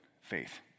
faith